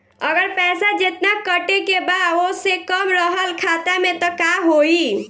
अगर पैसा जेतना कटे के बा ओसे कम रहल खाता मे त का होई?